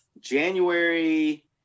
January